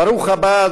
ברוך הבא,